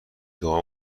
دعا